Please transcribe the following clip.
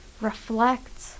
reflect